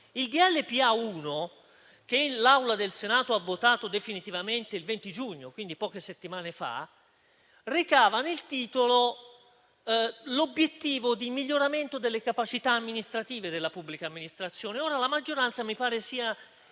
PA, che l'Assemblea del Senato ha votato definitivamente il 20 giugno, quindi poche settimane fa, recava nel titolo l'obiettivo del miglioramento delle capacità amministrative della pubblica amministrazione. Ora la maggioranza mi pare sia